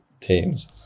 teams